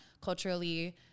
culturally